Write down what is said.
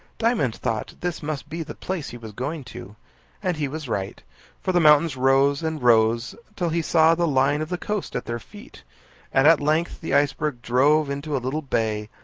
diamond thought this must be the place he was going to and he was right for the mountains rose and rose, till he saw the line of the coast at their feet and at length the iceberg drove into a little bay,